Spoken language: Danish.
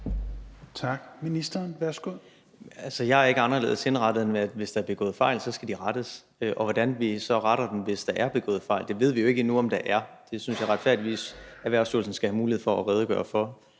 (Simon Kollerup): Altså, jeg er ikke anderledes indrettet, end at hvis der bliver begået fejl, skal de rettes, og hvordan vi så retter dem, hvis der er begået fejl – for det ved vi endnu ikke om der er, det synes jeg retfærdigvis Erhvervsstyrelsen skal have mulighed for at redegøre for